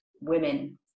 women